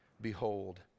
Behold